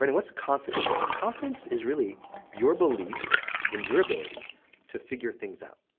and what's confidence? i go, confidence is really your belief in your ability to figure things out.